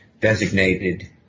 designated